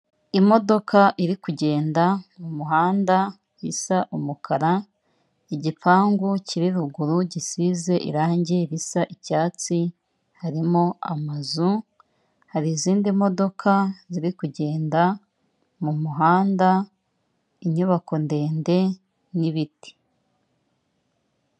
Imodoka iri kugenda mu muhanda isa umukara, igipangu kiri ruguru gisize irangi risa icyatsi, harimo amazu, hari izindi modoka ziri kugenda mu muhanda, inyubako ndende n'ibiti.